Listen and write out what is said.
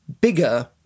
bigger